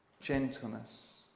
gentleness